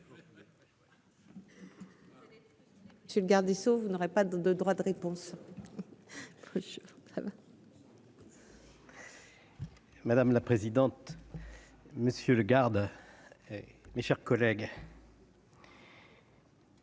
des Sceaux, vous n'aurez pas de droit de réponse. Madame la présidente, monsieur le garde mes chers collègues.